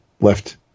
left